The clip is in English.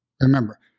Remember